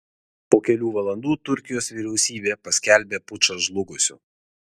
po kelių valandų turkijos vyriausybė paskelbė pučą žlugusiu